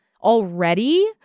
already